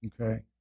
okay